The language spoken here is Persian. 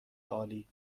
عالی